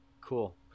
Cool